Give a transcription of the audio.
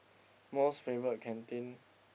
most favourite canteen